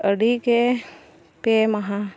ᱟᱹᱰᱤ ᱜᱮ ᱯᱮ ᱢᱟᱦᱟ